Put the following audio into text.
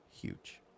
huge